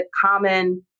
common